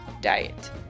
diet